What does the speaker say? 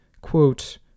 quote